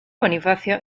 bonifacio